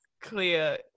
clear